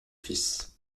fils